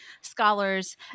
scholars